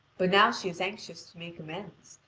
but now she is anxious to make amends,